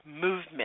movement